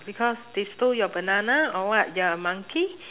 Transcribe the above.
because they stole your banana or what you are a monkey